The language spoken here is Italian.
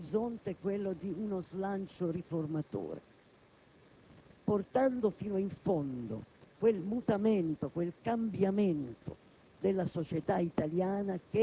Penso che questa operazione che compiamo debba portare ad un punto (mi permetto una brevissima autocitazione): quando